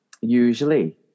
Usually